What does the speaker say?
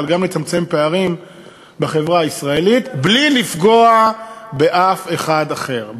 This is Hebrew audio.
אבל גם נצמצם פערים בחברה הישראלית בלי לפגוע באף אחד אחר.